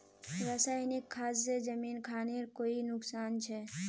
रासायनिक खाद से जमीन खानेर कोई नुकसान छे?